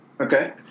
Okay